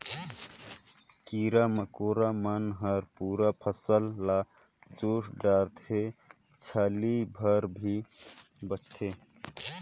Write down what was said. कीरा मकोरा मन हर पूरा फसल ल चुस डारथे छाली भर हर बाचथे